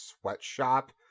sweatshop